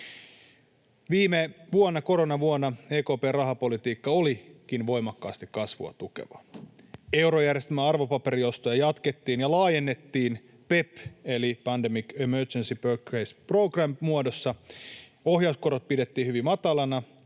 koronavuonna, EKP:n rahapolitiikka olikin voimakkaasti kasvua tukevaa. Eurojärjestelmän arvopaperiostoja jatkettiin ja laajennettiin PEPPin eli pandemic emergency purchase programmen muodossa. Ohjauskorot pidettiin hyvin matalina.